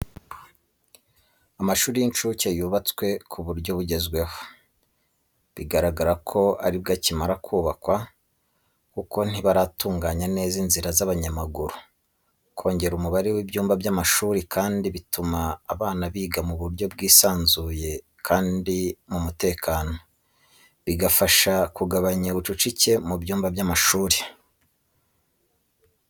Amashuri y'incuke yubatswe ku buryo bugezweho, bigaragara ko ari bwo akimara kubakwa kuko ntibaratunganya neza inzira z'abanyamaguru. Kongera umubare w'ibyumba by'amashuri kandi bituma abana biga mu buryo bwisanzuye kandi mu mutekano, bigafasha kugabanya ubucucike mu byumba by’amashuri.